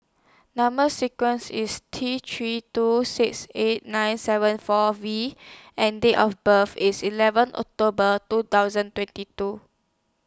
Number sequence IS T three two six eight nine seven four V and Date of birth IS eleven October two thousand twenty two